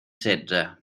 setze